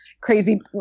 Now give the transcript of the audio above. crazy